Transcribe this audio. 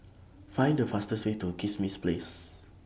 Find The fastest Way to Kismis Place